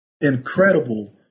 incredible